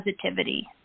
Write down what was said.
positivity